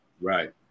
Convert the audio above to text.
Right